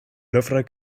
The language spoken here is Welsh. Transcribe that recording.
lyfrau